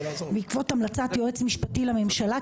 בעקבות המלצת יועץ משפטי לממשלה,